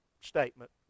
statement